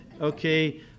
okay